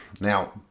Now